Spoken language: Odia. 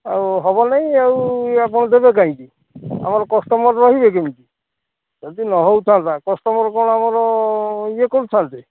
ଆଉ ହବ ନେଇ ଆଉ ଇଏ ଆପଣ ଦେବେ କାହିଁକି ଆମର କଷ୍ଟମର୍ ରହିବେ କେମିତି ଯଦି ନ ହଉଥାଆନ୍ତା କଷ୍ଟମର୍ କ'ଣ ଆମର ଇଏ କରୁଥାନ୍ତେ